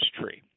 tree